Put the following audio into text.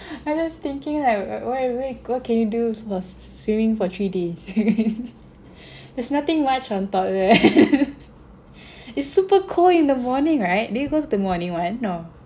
I was thinking like why why what can you do for swimming for three days there's nothing much on top there it's super cold in the morning right did you go to the morning [one] no